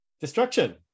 Destruction